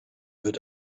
wird